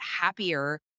happier